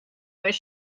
was